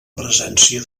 presència